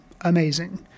Amazing